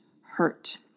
hurt